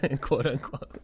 quote-unquote